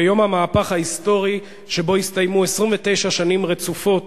ביום המהפך ההיסטורי שבו הסתיימו 29 שנים רצופות